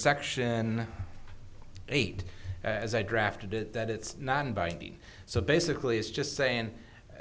section eight as i drafted it that it's not binding so basically he's just saying